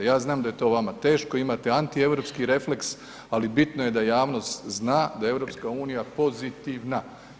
Ja znam da je to vama teško, imate antieuropski refleks ali bitno je da javnost zna da je EU pozitivna.